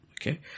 Okay